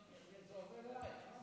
זה עובר אלייך, לא?